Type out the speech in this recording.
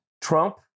Trump